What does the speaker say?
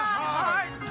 heart